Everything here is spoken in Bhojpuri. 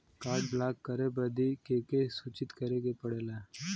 कार्ड ब्लॉक करे बदी के के सूचित करें के पड़ेला?